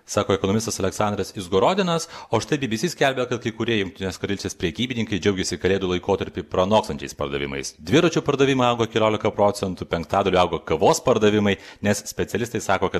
sako ekonomistas aleksandras izgorodinas o štai bbc skelbia kad kai kurie jungtinės karalystės prekybininkai džiaugiasi kalėdų laikotarpį pranokstančiais pardavimais dviračių pardavimai augo keliolika procentų penktadaliu augo kavos pardavimai nes specialistai sako kad